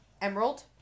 Emerald